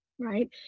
right